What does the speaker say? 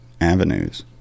avenues